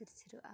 ᱡᱷᱤᱨ ᱡᱷᱤᱨᱚᱜᱼᱟ